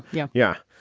yeah, yeah.